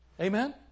Amen